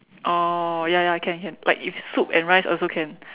oh ya ya can can like if soup and rice also can